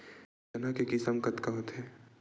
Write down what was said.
चना के किसम कतका होथे?